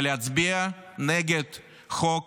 ולהצביע נגד חוק